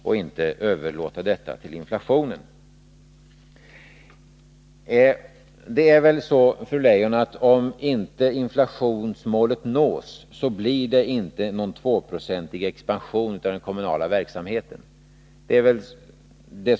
Det som står i svaret, fru Leijon, är väl att om inte inflationsmålet u uppnås, så blir det inte någon 2-procentig expansion i den kommunal Verksamheten?